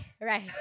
right